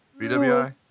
BWI